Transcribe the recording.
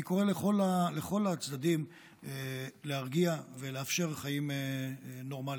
אני קורא לכל הצדדים להרגיע ולאפשר חיים נורמליים.